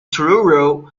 truro